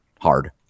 hard